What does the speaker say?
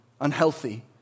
unhealthy